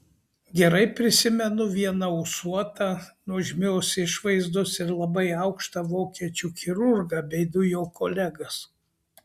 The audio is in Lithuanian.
gerai prisimenu vieną ūsuotą nuožmios išvaizdos ir labai aukštą vokiečių chirurgą bei du jo kolegas